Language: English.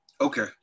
okay